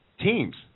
teams